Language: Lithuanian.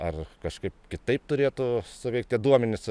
ar kažkaip kitaip turėtų suveikt tie duomenys